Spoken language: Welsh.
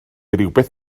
rywbeth